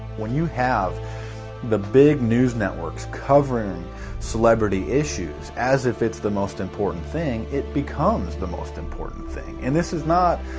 when you have the big news networks covering celebrity issues as if it's the most important thing, it becomes the most important thing. and this is not